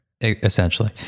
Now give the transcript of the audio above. Essentially